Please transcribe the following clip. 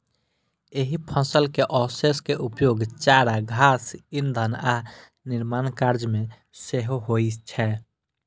एहि फसल के अवशेष के उपयोग चारा, घास, ईंधन आ निर्माण कार्य मे सेहो होइ छै